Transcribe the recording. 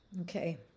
Okay